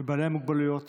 ובעלי המוגבלויות